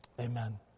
Amen